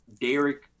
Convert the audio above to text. Derek